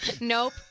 Nope